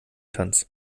tanz